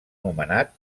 nomenat